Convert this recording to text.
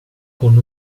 con